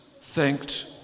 thanked